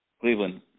Cleveland